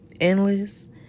endless